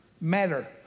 matter